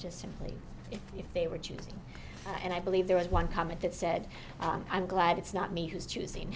just simply if they were choosing and i believe there was one comment that said i'm glad it's not me who's choosing